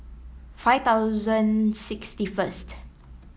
five thousand sixty first